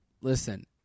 listen